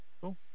cool